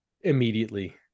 immediately